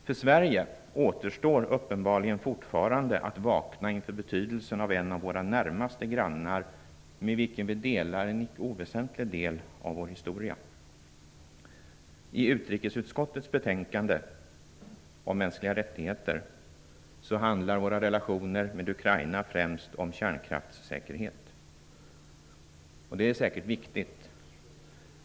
För Sverige återstår uppenbarligen fortfarande att vakna inför betydelsen av en av våra närmaste grannar, med vilken vi delar en icke oväsentlig del av vår historia. I utrikesutskottets betänkande om mänskliga rättigheter handlar våra relationer med Ukraina främst om kärnkraftssäkerhet. Det är säkert viktigt.